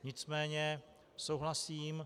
Nicméně souhlasím.